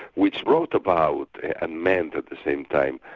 which brought about and meant at the same time,